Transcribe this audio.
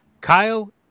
Kyle –